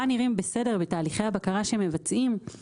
נראים בסדר בתהליכי הבקרה שמבצעים,